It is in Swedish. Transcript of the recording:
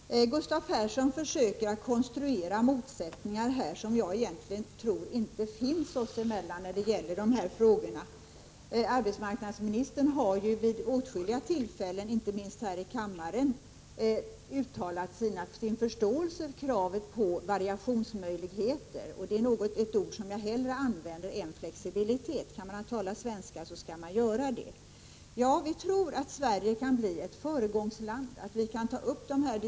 Herr talman! Gustav Persson försöker att konstruera motsättningar som jag tror inte finns oss emellan i de här frågorna. Arbetsmarknadsministern har ju vid åtskilliga tillfällen, inte minst här i kammaren, uttalat sin förståelse för kravet på variationsmöjligheter, ett ord som jag hellre använder än flexibilitet — kan man tala svenska, skall man göra det. Vi tror att Sverige kan bli ett föregångsland, att vi kan ta upp den här = Prot.